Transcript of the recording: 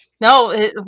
no